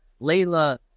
Layla